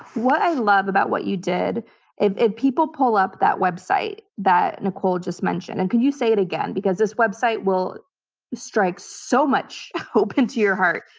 what i love about what you did if people pull up that website that nicole just mentioned and can you say it again, because this website will strike so much hope into your heart.